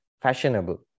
fashionable